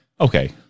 okay